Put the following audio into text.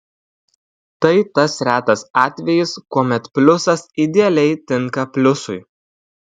tai tas retas atvejis kuomet pliusas idealiai tinka pliusui